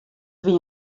wie